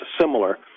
similar